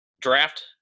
draft